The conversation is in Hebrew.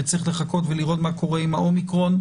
צריך לחכות ולראות מה קורה עם האומיקרון,